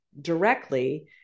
directly